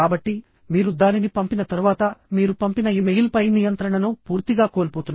కాబట్టి మీరు దానిని పంపిన తర్వాత మీరు పంపిన ఇమెయిల్ పై నియంత్రణను పూర్తిగా కోల్పోతున్నారు